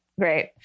Great